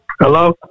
Hello